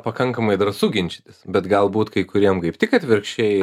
pakankamai drąsu ginčytis bet galbūt kai kuriem kaip tik atvirkščiai